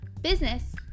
business